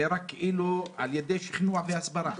זה רק על ידי שכנוע והסברה.